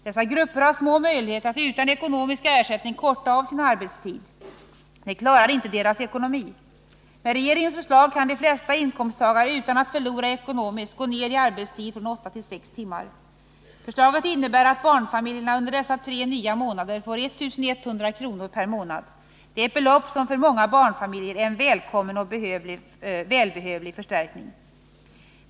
Dessa grupper har små möjligheter att utan ekonomisk ersättning korta av sin arbetstid. Det klarar inte deras ekonomi. Med regeringens förslag kan de flesta inkomsttagare utan att förlora ekonomiskt gå ner i arbetstid från åtta till sex timmar. Förslaget innebär att barnfamiljerna under dessa tre nya månader får 1 100 kr. per månad. Det är ett belopp som för många barnfamiljer är en välkommen och välbehövlig förstärkning.